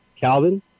Calvin